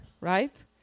right